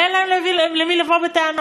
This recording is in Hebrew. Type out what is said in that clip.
ואין להם למי לבוא בטענות,